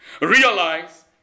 realize